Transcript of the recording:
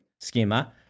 Schema